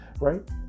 right